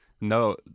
No